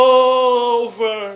over